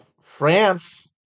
France